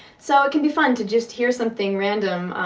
so, it can be fun to just hear something random,